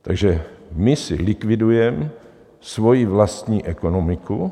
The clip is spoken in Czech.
Takže my si likvidujeme svoji vlastní ekonomiku.